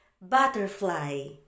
butterfly